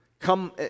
Come